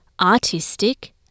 artistic